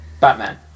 Batman